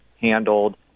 handled